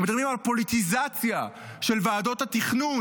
אנחנו מדברים על פוליטיזציה של ועדות התכנון